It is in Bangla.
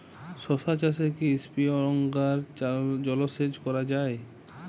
শশা চাষে কি স্প্রিঙ্কলার জলসেচ করা যায়?